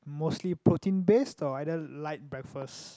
mostly protein based or either light breakfast